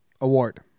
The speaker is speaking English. award